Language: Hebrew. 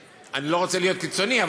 אני לא רוצה להיות קיצוני,